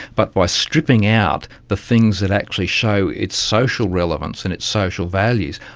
but by stripping out the things that actually show its social relevance and its social values,